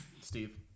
steve